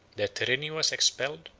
their tyranny was expelled,